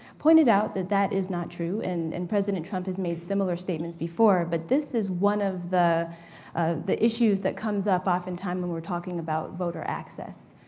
pointed out that that is not true. and and president trump has made similar statements before. but this is one of the the issues that comes up often time when we're talking about voter access.